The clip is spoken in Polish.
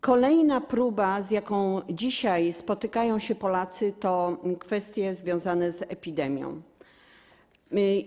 Kolejna próba, z jaką dzisiaj spotykają się Polacy, to kwestie związane z epidemią.